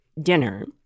dinner